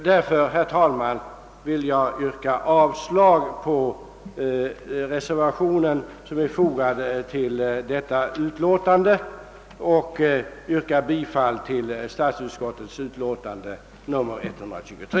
Jag ber, herr talman, att få yrka bifall till statsutskottets hemställan i utlåtandet nr 123.